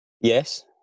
Yes